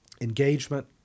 engagement